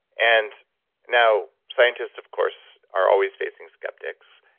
and now scientists of course are always facing skeptics,